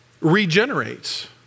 regenerates